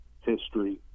history